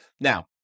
Now